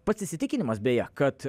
pats įsitikinimas beje kad